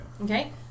Okay